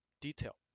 detail